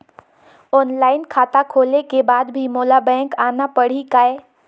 Online खाता खोले के बाद भी मोला बैंक आना पड़ही काय?